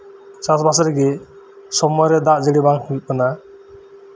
ᱪᱟᱥᱵᱟᱥ ᱨᱮᱜᱮ ᱥᱚᱢᱚᱭᱨᱮ ᱫᱟᱜ ᱡᱟᱹᱲᱤ ᱵᱟᱝ ᱦᱳᱭᱳᱜ ᱠᱟᱱᱟ